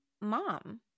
mom